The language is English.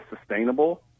sustainable